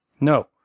No